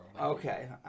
Okay